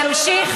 נמשיך,